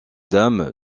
dame